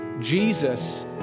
Jesus